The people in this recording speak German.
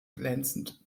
glänzend